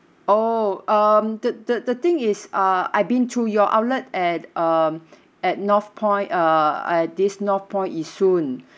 oh um the the the thing is uh I've been to your outlet at um at northpoint uh at this northpoint yishun